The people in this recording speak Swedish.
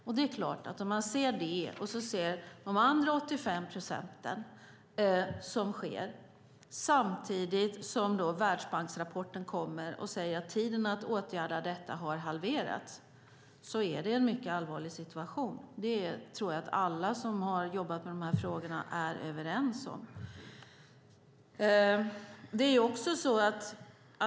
Men det är klart att om man ser detta och sedan de andra 85 procenten som sker samtidigt som Världsbanksrapporten säger att tiden för att åtgärda detta har halverats är det en mycket allvarlig situation. Det tror jag att alla som har jobbat med de här frågorna är överens om.